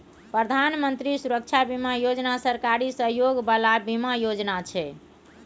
प्रधानमंत्री सुरक्षा बीमा योजना सरकारी सहयोग बला बीमा योजना छै